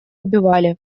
убивали